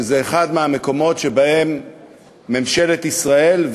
שזה אחד מהמקומות שבהם ממשלת ישראל,